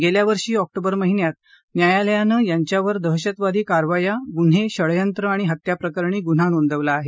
गेल्या वर्षी ऑक्टोबर महिन्यात न्यायालयानं यांच्यावर दहशतवादी कारवाया गुन्हे षडयंत्र आणि हत्या प्रकरणी गुन्हा नोंदवला आहे